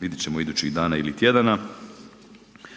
vidjet ćemo idućih dana ili tjedana.